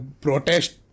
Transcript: protest